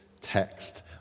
text